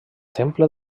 temple